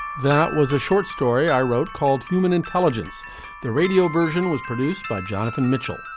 that was a short story i wrote called human intelligence the radio version was produced by jonathan mitchell,